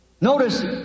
Notice